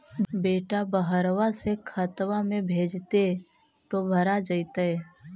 बेटा बहरबा से खतबा में भेजते तो भरा जैतय?